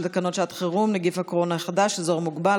תקנות שעת חירום (נגיף הקורונה החדש) (אזור מוגבל),